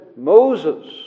Moses